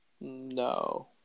No